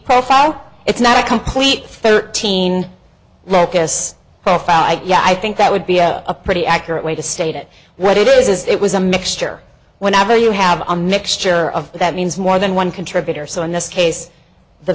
profile it's not a complete thirteen locus found yeah i think that would be a pretty accurate way to state it what it is is it was a mixture whenever you have a mixture of that means more than one contributor so in this case the